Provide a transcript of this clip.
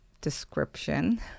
description